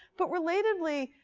but relatedly,